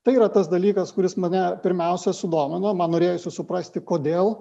tai yra tas dalykas kuris mane pirmiausia sudomino man norėjosi suprasti kodėl